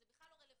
זה בכלל לא רלבנטי.